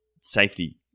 safety